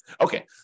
Okay